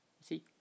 See